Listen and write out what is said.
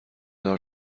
دار